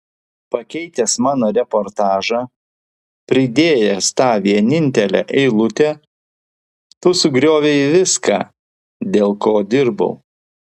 pakeitęs mano reportažą pridėjęs tą vienintelę eilutę tu sugriovei viską dėl ko dirbau